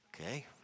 Okay